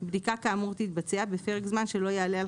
בדיקה כאמור תתבצע בפרק זמן שלא יעלה על